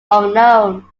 unknown